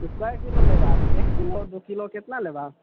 कै किलो लेबह एक किलो दू किलो तोँ केतना लेबह